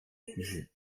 sujet